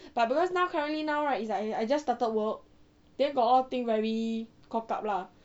but because now currently now right it's like I just started work then got a lot of thing very cocked up lah